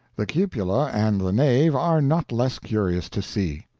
the cupola and the nave are not less curious to see.